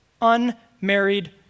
unmarried